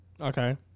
okay